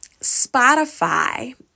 Spotify